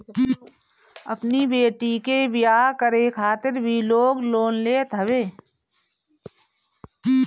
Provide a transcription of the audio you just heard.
अपनी बेटी के बियाह करे खातिर भी लोग लोन लेत हवे